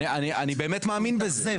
אני באמת מאמין בזה.